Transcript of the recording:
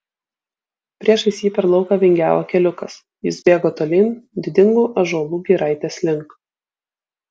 priešais jį per lauką vingiavo keliukas jis bėgo tolyn didingų ąžuolų giraitės link